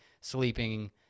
sleeping